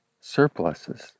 surpluses